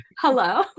hello